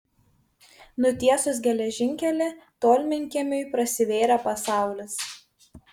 nutiesus geležinkelį tolminkiemiui prasivėrė pasaulis